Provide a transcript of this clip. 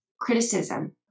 criticism